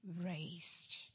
raised